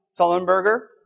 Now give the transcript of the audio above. Sullenberger